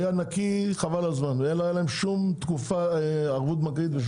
לא הייתה להן שום ערבות בנקאית.